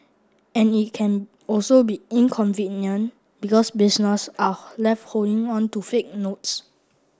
and it can also be inconvenient because businesses are left holding on to fake notes